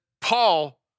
Paul